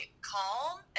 calm